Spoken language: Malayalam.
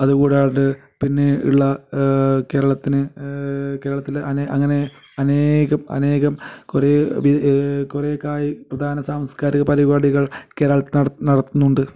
അതുകൂടാണ്ട് പിന്നെ ഉള്ള കേരളത്തിന് കേരളത്തിലെ അങ്ങനെ അനേകം അനേകം കുറേ കുറേ കായി പ്രധാന സാംസ്കാരിക പരിപാടികൾ കേരളത്തിൽ നട നടത്തുന്നുണ്ട്